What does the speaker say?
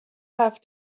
have